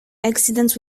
accidents